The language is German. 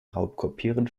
raubkopieren